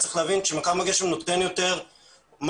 צריך להבין שמכ"ם הגשם נותן יותר מה